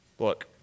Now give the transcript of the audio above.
Look